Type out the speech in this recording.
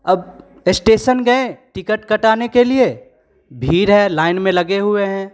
अब इस्टेसन गए टिकट कटाने के लिए भीड़ है लाइन में लगे हुए हैं